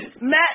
Matt